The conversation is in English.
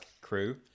crew